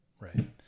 Right